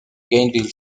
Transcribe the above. gainesville